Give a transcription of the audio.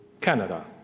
Canada